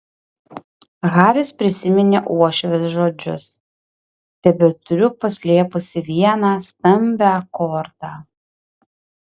haris prisiminė uošvės žodžius tebeturiu paslėpusi vieną stambią kortą